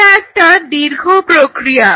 এটা একটা দীর্ঘ প্রক্রিয়া